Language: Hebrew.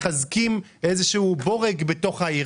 מחזקים איזשהו בורג בתוך העיר,